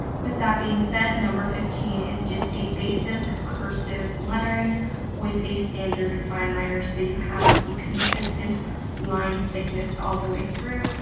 with that being said, number fifteen is just a basic cursive lettering with a standard fineliner. so, you have the consistent line thickness all the way through,